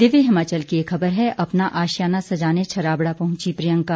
दिव्य हिमाचल की एक खबर है अपना आशियाना सजाने छराबड़ा पहुंची प्रियंका